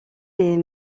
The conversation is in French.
des